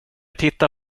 titta